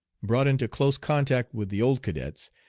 brought into close contact with the old cadets,